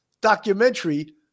documentary